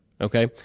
okay